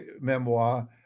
memoir